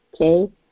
Okay